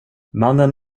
mannen